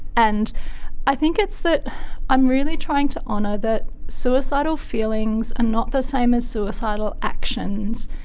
and i think it's that i'm really trying to honour that suicidal feelings are not the same as suicidal actions.